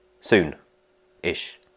soon-ish